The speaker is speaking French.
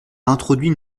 introduit